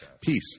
Peace